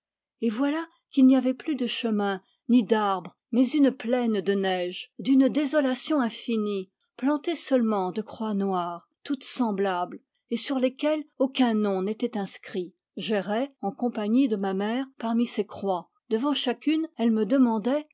et voilà qu'il n'y avait plus de chemin ni d'arbres mais une plaine de neige d'une désolation infinie plantée seulement de croix noires toutes semblables et sur lesquelles aucun nom n'était inscrit j'errais en compagnie de ma mère parmi ces croix devant chacune elle me demandait